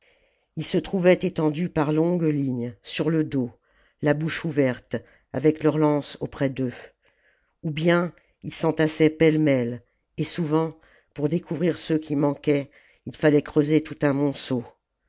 ils se trouvaient étendus par longues lies sur le dos la bouche ouverte avec leurs lances auprès d'eux ou bien ils s'entassaient pêle-mêle et souvent pour découvrir ceux qui manquaient il fallait creuser tout un monceau